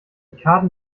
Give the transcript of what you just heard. karten